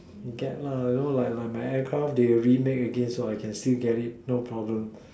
get lah you know like like my aircraft they remake again so I can still get it no problem